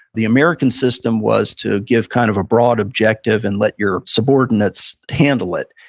the american system was to give kind of a broad objective, and let your subordinates handle it.